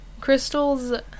Crystal's